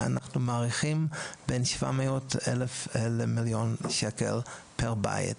אנחנו מעריכים שהיא בין 700 אלף למיליון שקל לכל בית.